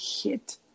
hit